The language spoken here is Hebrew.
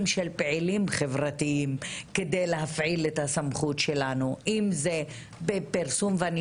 של פעילים חברתיים כדי להפעיל את הסמכות שלנו אם בפרסום ואני